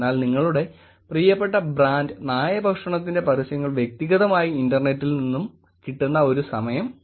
എന്നാൽ നിങ്ങളുടെ പ്രിയപ്പെട്ട ബ്രാൻഡ് നായഭക്ഷണത്തിന്റെ പരസ്യങ്ങൾ വ്യക്തിഗതമായി ഇൻറർനെറ്റിൽ നിന്നും കിട്ടുന്ന ഒരു സമയം വന്നു